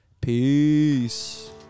Peace